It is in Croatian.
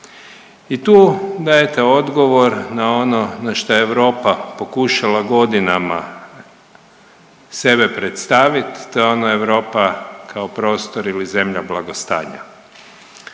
I tu dajete odgovor na ono na šta Europa pokušala godinama sebe predstavit, to je ona Europa kao prostor ili zemlja blagostanja.